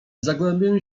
zagłębiłem